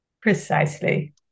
Precisely